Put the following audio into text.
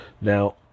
now